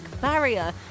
barrier